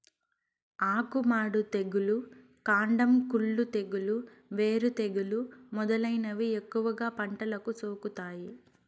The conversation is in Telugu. ఆకు మాడు తెగులు, కాండం కుళ్ళు తెగులు, వేరు తెగులు మొదలైనవి ఎక్కువగా పంటలకు సోకుతాయి